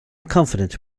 confident